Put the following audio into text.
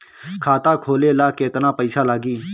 खाता खोले ला केतना पइसा लागी?